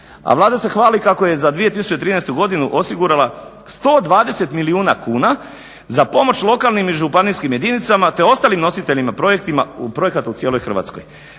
A Vlada se hvali kako je za 2013. godinu osigurala 120 milijuna kuna za pomoć lokalnim i županijskim jedinicama te ostalim nositeljima projekata u cijeloj Hrvatskoj.